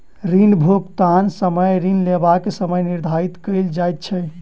ऋण भुगतानक समय ऋण लेबाक समय निर्धारित कयल जाइत छै